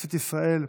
מכנסת ישראל,